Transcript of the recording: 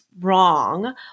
wrong